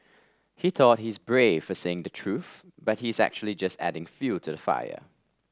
he thought he's brave for saying the truth but he's actually just adding fuel to the fire